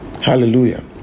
Hallelujah